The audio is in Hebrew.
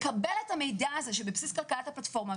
לקבל את המידע הזה שבסיס כלכלת הפלטפורמה.